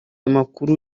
amakuru